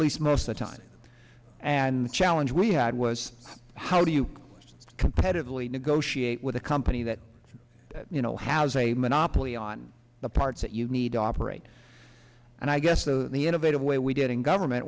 least most the time and the challenge we had was how do you competitively negotiate with a company that you know has a monopoly on the parts that you need to operate and i guess the innovative way we did in government